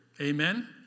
Amen